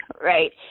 Right